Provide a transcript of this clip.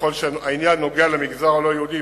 ככל שהעניין נוגע למגזר הלא-יהודי,